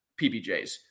PBJs